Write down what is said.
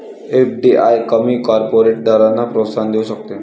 FDI कमी corporate दरांना प्रोत्साहन देऊ शकते